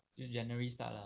就是 january start lah